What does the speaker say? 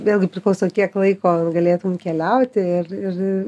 vėlgi priklauso kiek laiko galėtum keliauti ir ir